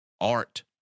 Art